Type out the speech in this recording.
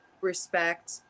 respect